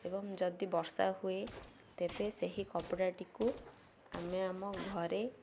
ଏବଂ ଯଦି ବର୍ଷା ହୁଏ ତେବେ ସେହି କପଡ଼ାଟିକୁ ଆମେ ଆମ ଘରେ